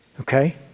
Okay